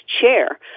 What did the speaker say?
chair